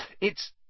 It's—